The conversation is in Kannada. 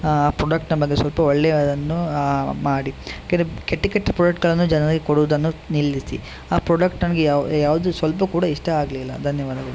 ಆ ಪ್ರೊಡಕ್ಟ್ನ ಬಗ್ಗೆ ಸ್ವಲ್ಪ ಒಳ್ಳೆಯದನ್ನೂ ಮಾಡಿ ಏಕೆಂದ್ರೆ ಕೆಟ್ಟ ಕೆಟ್ಟ ಪ್ರೊಡಕ್ಟ್ಗಳನ್ನು ಜನರಿಗೆ ಕೊಡುವುದನ್ನು ನಿಲ್ಲಿಸಿ ಆ ಪ್ರೊಡಕ್ಟ್ ನಮಗೆ ಯಾವುದು ಸ್ವಲ್ಪ ಕೂಡ ಇಷ್ಟ ಆಗಲಿಲ್ಲ ಧನ್ಯವಾದಗಳು